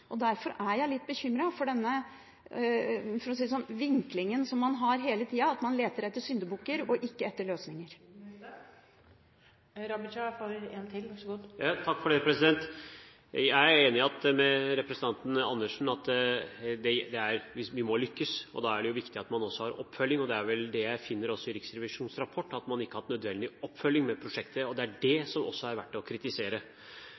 lykkes. Derfor er jeg litt bekymret for denne vinklingen man har hele tida – at man leter etter syndebukker og ikke etter løsninger. Jeg er enig med representanten Andersen i at vi må lykkes, og da er det jo viktig at man også har oppfølging, og det er vel det jeg finner også i Riksrevisjonens rapport, at man ikke har hatt nødvendig oppfølging av prosjektet, og det er dét som også er verdt å kritisere.